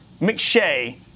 McShay